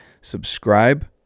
subscribe